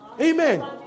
Amen